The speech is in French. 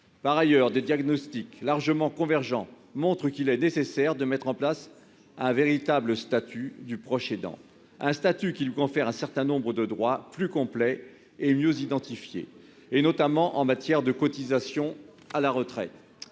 Par ailleurs, des diagnostics largement convergents montrent qu'il est nécessaire de mettre en place un véritable statut du proche aidant, un statut qui lui confère un certain nombre de droits plus complets et mieux identifiés, notamment en matière de cotisations à la retraite.